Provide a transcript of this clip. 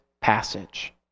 passage